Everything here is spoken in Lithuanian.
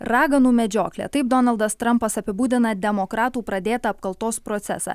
raganų medžioklė taip donaldas trampas apibūdina demokratų pradėtą apkaltos procesą